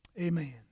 amen